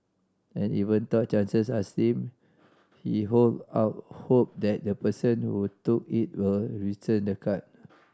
and even though chances are slim he hold out hope that the person who took it will return the card